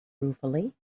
ruefully